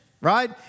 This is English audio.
right